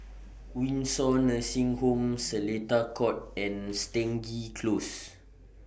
Windsor Nursing Home Seletar Court and Stangee Close